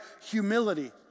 humility